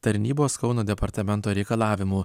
tarnybos kauno departamento reikalavimų